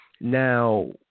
Now